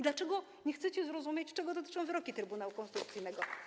Dlaczego nie chcecie zrozumieć, czego dotyczą wyroki Trybunału Konstytucyjnego?